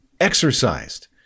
exercised